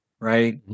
right